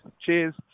Cheers